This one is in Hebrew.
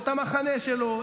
את המחנה שלו,